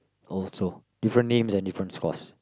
also